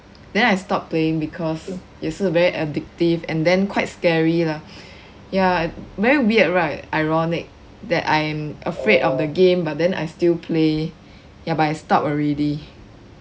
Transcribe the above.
then I stop playing because 也是 very addictive and then quite scary lah ya very weird right ironic that I am afraid of the game but then I still play ya but I stop already